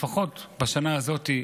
לפחות בשנה הזאת,